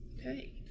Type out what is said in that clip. Okay